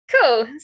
cool